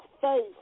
face